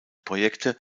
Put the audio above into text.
projekte